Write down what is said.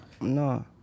No